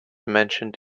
mentioned